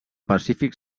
pacífic